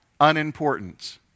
unimportant